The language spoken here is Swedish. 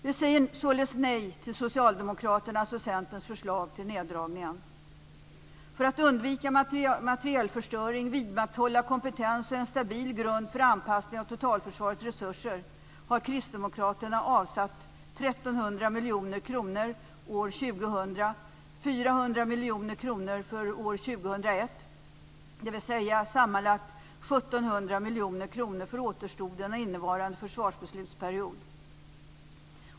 Vi säger således nej till För att undvika materielförstöring, vidmakthålla kompetens och en stabil grund för anpassning av totalförsvarets resurser har Kristdemokraterna avsatt 1 300 miljoner kronor år 2000 samt 400 miljoner kronor för år 2001, dvs. sammanlagt 1 700 miljoner kronor för återstoden av innevarande försvarsbeslutsperiod.